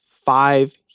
five